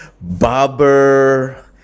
barber